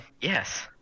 Yes